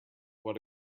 what